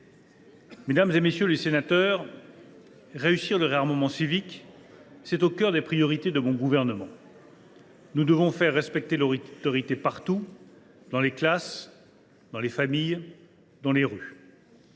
Mesdames, messieurs les députés, réussir le réarmement civique est au cœur des priorités de mon gouvernement. « Nous devons faire respecter l’autorité partout : dans les classes, dans les familles, dans les rues.